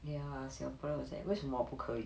ya singaporean will say 为什么不可以 ya long too you know